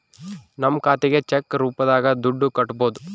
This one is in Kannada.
ನಮ್ ಖಾತೆಗೆ ಚೆಕ್ ರೂಪದಾಗ ದುಡ್ಡು ಹಕ್ಬೋದು